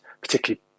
particularly